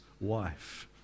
wife